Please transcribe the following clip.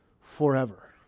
forever